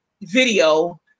video